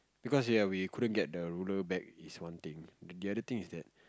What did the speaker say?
because ya we couldn't get the ruler back is one thing the other thing is that